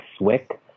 Swick